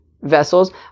vessels